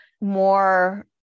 more